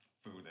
food